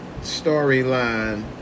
storyline